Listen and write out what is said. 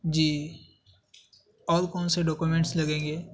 جی اور کون سے ڈوکومینٹس لگیں گے